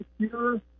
secure